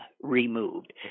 removed